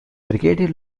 brigadier